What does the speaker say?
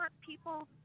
people